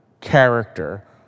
character